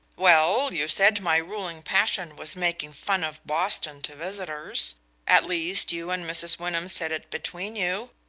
well, you said my ruling passion was making fun of boston to visitors at least, you and mrs. wyndham said it between you.